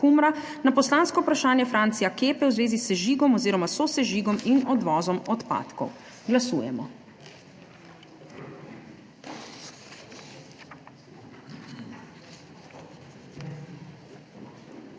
na poslansko vprašanje Francija Kepe v zvezi s sežigom oziroma sosežigom in odvozom odpadkov. Glasujemo.